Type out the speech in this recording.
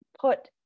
put